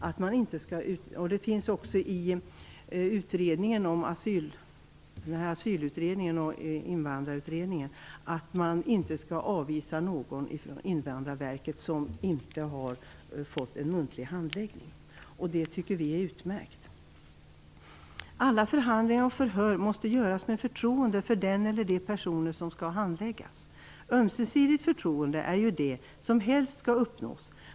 Det står också i Asylutredningen och Invandrarutredningen att Invandrarverket inte skall avvisa någon som inte har fått en muntlig handläggning. Det tycker vi är utmärkt. Alla förhandlingar och förhör måste göras med förtroende för den eller de personer som skall handläggas. Ömsesidigt förtroende är det som helst skall uppnås.